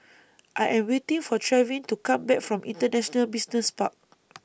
I Am waiting For Trevin to Come Back from International Business Park